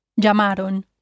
Llamaron